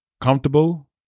comfortable